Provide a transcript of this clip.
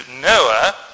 Noah